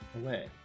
away